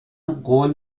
قول